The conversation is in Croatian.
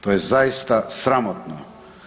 To je zaista sramotno.